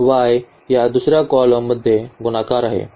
y या दुसर्या कॉलमात गुणाकार आहे